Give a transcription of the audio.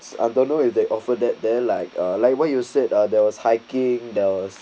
I don't know if they offer that they're like uh like what you said ah there was hiking there